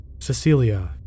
Cecilia